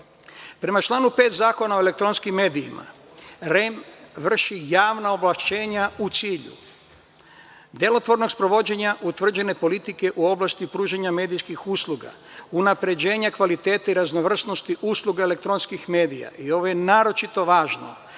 evra. Prema članu 5. Zakona o elektronskim medijima, REM vrši javna ovlašćenja u cilju delotvornog sprovođenja utvrđene politike u oblasti pružanja medijskih usluga, unapređenja kvaliteta i raznovrsnosti usluga elektronskih medija i, ovo je naročito važno,